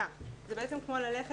כמו לימודים בכיתה.